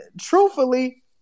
truthfully